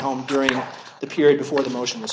home during the period before the motions